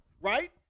right